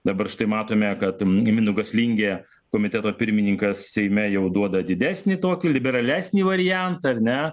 dabar štai matome kad mindaugas lingė komiteto pirmininkas seime jau duoda didesnį tokį liberalesnį variantą ar ne